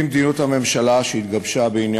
מאחר שתיקון מס'